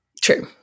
True